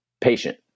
patient